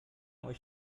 euch